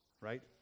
Right